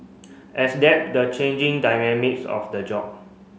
the changing dynamics of the job